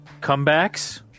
comebacks